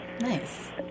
Nice